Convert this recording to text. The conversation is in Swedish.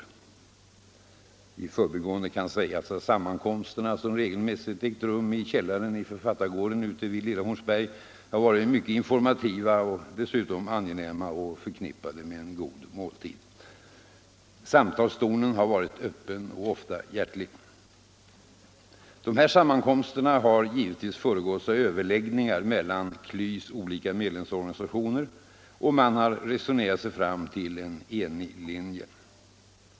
13 mars 1975 I förbigående kan sägas att sammankomsterna - som oftast ägt LL rum i källaren i Författargården ute vid Lilla Hornsberg — varit mycket — Anslag till kulturäninformativa och dessutom angenäma och förknippade med en god måltid. — damål Samtalstonen har varit öppen och ofta hjärtlig. Sammankomsterna har givetvis föregåtts av överläggningar mellan KLYS olika medlemsorganisationer, och man har resonerat sig fram till en enig linje.